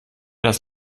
das